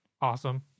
awesome